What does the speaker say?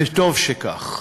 וטוב שכך.